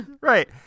right